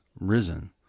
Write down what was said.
risen